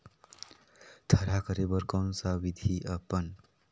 थरहा करे बर कौन सा विधि अपन?